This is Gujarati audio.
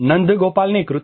નંધગોપાલની કૃતિ